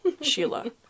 Sheila